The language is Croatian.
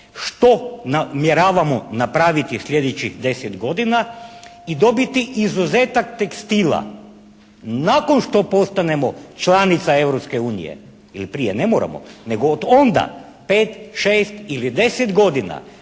što namjeravamo napraviti sljedećih 10 godina i dobiti izuzetak tekstila nakon što postanemo članica Europske unije, jer prije ne moramo, nego od onda 5, 6 ili 10 godina